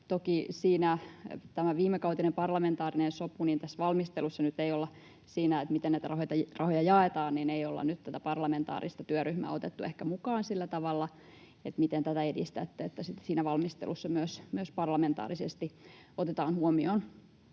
tulee tähän viimekautiseen parlamentaarinen sopuun, niin tässä valmistelussa nyt ei olla siinä, miten näitä rahoja jaetaan, ja ei olla nyt tätä parlamentaarista työryhmää otettu ehkä mukaan sillä tavalla. Miten tätä edistätte, että siinä valmistelussa myös parlamentaarisesti otetaan asiat huomioon?